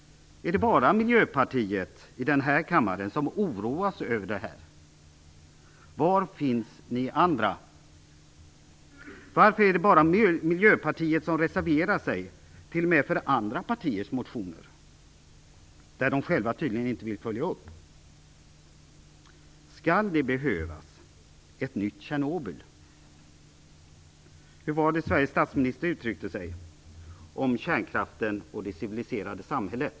Är det bara Miljöpartiet som i denna kammare oroas över detta? Var finns ni andra? Varför är det bara Miljöpartiet som reserverar sig t.o.m. för andra partiers motioner, som de tydligen inte själva vill följa upp? Skall det behövas ett nytt Tjernobyl? Hur var det Sveriges statsminister uttryckte sig om kärnkraften och det civiliserade samhället?